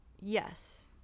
yes